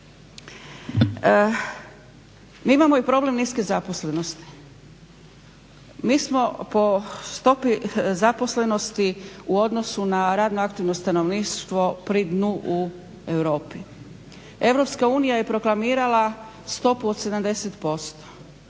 Mi imamo i problem niske zaposlenosti. Mi smo po stopi zaposlenosti u odnosu na radno aktivno stanovništvo pri dnu u Europi. Europska unija je proklamirala stopu od 70%.